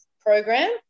program